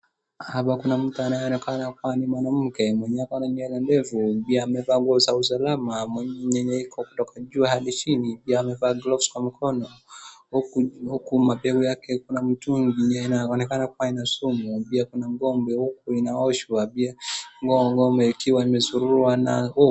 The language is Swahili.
hapa kuna mtu anaye anaonekana kuwa ni mwanamke mwenye ako na nywele ndefu pia amevaa nguo za usalama yenye iko kutoka juu hadi chini pia amevaa glovu kwa mkono huku mabega yake kuna mtungi inaonekana kuwa na sumu pia kuna ngombe inayooshwa huku pia ngombe ikiwa imesururwa na